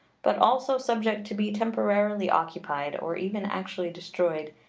but also subject to be temporarily occupied, or even actually destroyed,